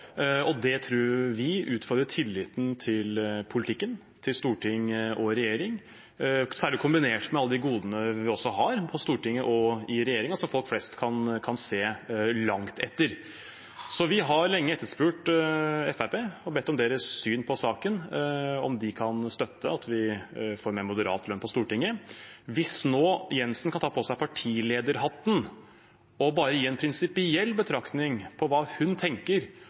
Det tror vi utfordrer tilliten til politikken, til storting og regjering, særlig kombinert med alle de godene vi på Stortinget og i regjeringen også har, som folk flest kan se langt etter. Så vi har lenge etterspurt Fremskrittspartiets syn på saken – om de kan støtte at vi får en mer moderat lønn på Stortinget. Kan nå Siv Jensen ta på seg partilederhatten og bare gi en prinsipiell betraktning om hva hun tenker